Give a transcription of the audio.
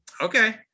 okay